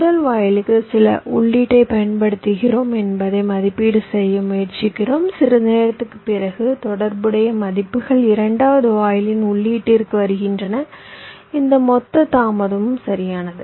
முதல் வாயிலுக்கு சில உள்ளீட்டைப் பயன்படுத்துகிறோம் என்பதை மதிப்பீடு செய்ய முயற்சிக்கிறோம் சிறிது நேரத்திற்குப் பிறகு தொடர்புடைய மதிப்புகள் இரண்டாவது வாயிலின் உள்ளீட்டிற்கு வருகின்றன இந்த மொத்த தாமதம் சரியானது